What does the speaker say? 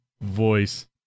voice